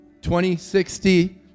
20-60